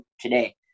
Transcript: today